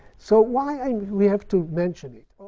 so why and we have to mention it